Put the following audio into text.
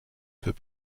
peux